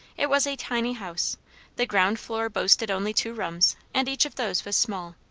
it was a tiny house the ground floor boasted only two rooms, and each of those was small.